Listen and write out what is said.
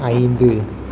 ஐந்து